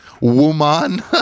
Woman